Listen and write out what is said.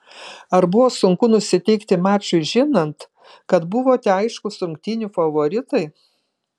ar buvo sunku nusiteikti mačui žinant kad buvote aiškūs rungtynių favoritai